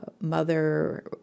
mother